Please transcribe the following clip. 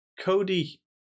Cody